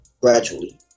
gradually